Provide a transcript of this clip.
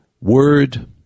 word